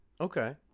Okay